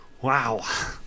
Wow